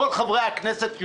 כל חברי הכנסת,